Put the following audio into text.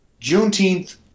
Juneteenth